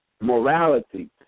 Morality